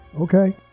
Okay